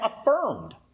affirmed